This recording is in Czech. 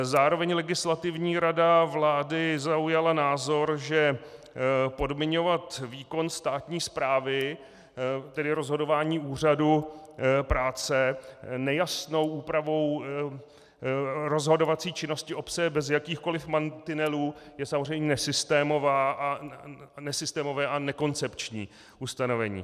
Zároveň Legislativní rada vlády zaujala názor, že podmiňovat výkon státní správy, tedy rozhodování úřadu práce, nejasnou úpravou rozhodovací činnosti obce bez jakýchkoli mantinelů je samozřejmě nesystémové a nekoncepční ustanovení.